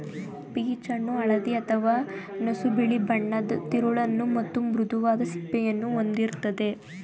peach ಹಣ್ಣು ಹಳದಿ ಅಥವಾ ನಸುಬಿಳಿ ಬಣ್ಣದ್ ತಿರುಳನ್ನು ಮತ್ತು ಮೃದುವಾದ ಸಿಪ್ಪೆಯನ್ನು ಹೊಂದಿರ್ತದೆ